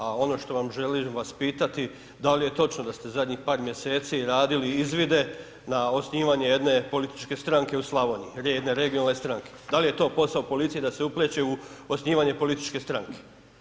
A ono što želim vas pitati, da li je točno da ste zadnjih par mjeseci radili izvide na osnivanje jedne političke stranke u Slavoniji, jedne regionalne stranke, da li je to posao policije da se upliće u osnivanje političke stranke?